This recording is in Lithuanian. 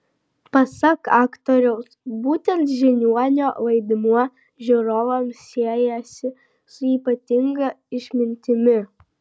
pasak aktoriaus būtent žiniuonio vaidmuo žiūrovams siejasi su ypatinga išmintimi